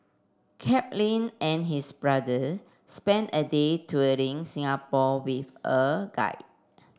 Chaplin and his brother spent a day touring Singapore with a guide